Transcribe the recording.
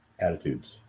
attitudes